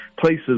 places